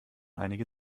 einige